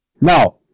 Now